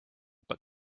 but